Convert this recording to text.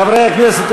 חברי הכנסת,